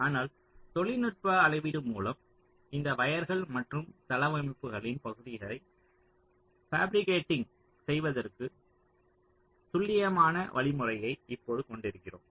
ஆனால் தொழில்நுட்ப அளவீடு மூலம் இந்த வயர்கள் மற்றும் தளவமைப்புகளின் பகுதிகளைத் பாப்பிரிக்காடிங் செய்வதற்க்கு துல்லியமான வழிமுறையை இப்போது கொண்டிருக்கிறோம்